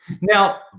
Now